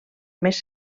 més